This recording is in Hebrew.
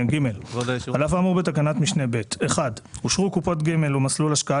(ג) על אף האמור בתקנת משנה (ב): (1) אושרו קופת גמל או מסלול השקעה,